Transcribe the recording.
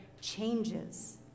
changes